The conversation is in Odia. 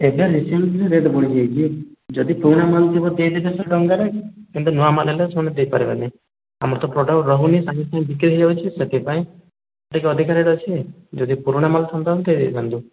ଏବେ ରିସେଣ୍ଟଲି ରେଟ ବଢ଼ିଯାଇଛି ଯଦି ପୁରୁଣା ମାଲ ଥିବ ଦୁଇଶହ ତିନିଶହ ଟଙ୍କାରେ କିନ୍ତୁ ନୂଆ ମାଲ ହେଲେ ସେମିତି ଦେଇପାରିବାନି ଆମର ତ ପ୍ରଡକ୍ଟ ରହୁନି ସାଙ୍ଗେ ସାଙ୍ଗେ ବିକ୍ରି ହେଇଯାଉଛି ସେଥିପାଇଁ ଟିକେ ଅଧିକା ରେଟ ଅଛି ଯଦି ପୁରୁଣା ମାଲ ଥାନ୍ତା ଦେଇଦେଇଥାନ୍ତୁ